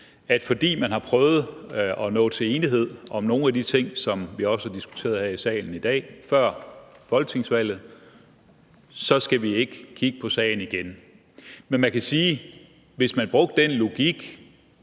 har prøvet at nå til enighed om nogle af de ting, som vi også har diskuteret her i salen i dag, så skal vi ikke kigge på sagen igen. Men man kan sige: Hvis man brugte den logik